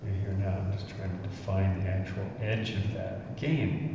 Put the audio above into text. here now i'm just trying to define the actual edge of that again!